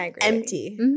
empty